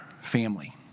family